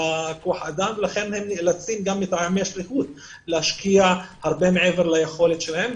ולכן הם נאלצים גם מטעמי שליחות להשקיע הרבה מעבר ליכולת שלהם,